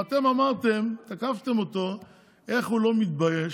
ואתם תקפתם אותו איך הוא לא מתבייש